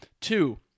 Two